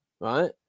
right